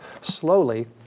slowly